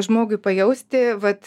žmogui pajausti vat